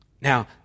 Now